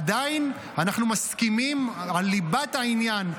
עדיין אנחנו מסכימים על ליבת העניין,